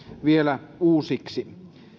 vielä uusiksi